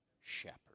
shepherd